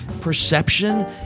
perception